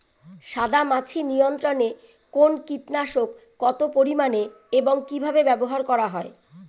সাদামাছি নিয়ন্ত্রণে কোন কীটনাশক কত পরিমাণে এবং কীভাবে ব্যবহার করা হয়?